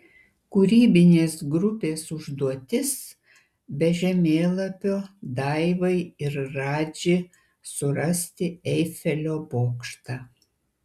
kūrybinės grupės užduotis be žemėlapio daivai ir radži surasti eifelio bokštą